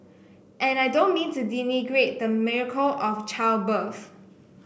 and I don't mean to denigrate the miracle of childbirth